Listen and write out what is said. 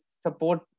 support